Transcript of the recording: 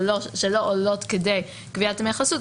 אבל שלא עולות לכדי גביית דמי חסות,